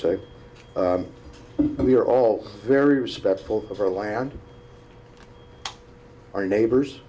say we are all very respectful of our land our neighbors